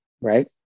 right